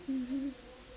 mmhmm